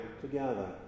together